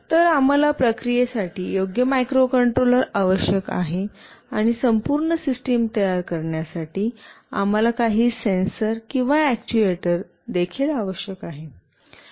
तर आम्हाला प्रक्रियेसाठी योग्य मायक्रोकंट्रोलर आवश्यक आहे आणि संपूर्ण सिस्टम तयार करण्यासाठी आम्हाला काही सेन्सर किंवा अॅक्ट्युएटर देखील आवश्यक आहेत